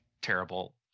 terrible